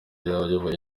ayoboye